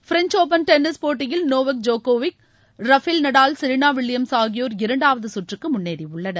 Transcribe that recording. French Open tennis போட்டியில் Novak ஜோக்கோவிச் Rafael Nadal Serena Williams ஆகியோர் இரண்டாவது சுற்றுக்கு முன்னேறியுள்ளனர்